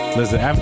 Listen